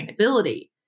sustainability